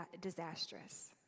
disastrous